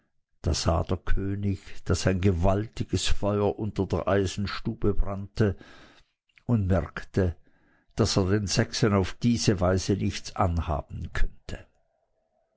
da sah der könig daß ein gewaltiges feuer unter der eisenstube brannte und merkte daß er den sechsen auf diese weise nichts anhaben könnte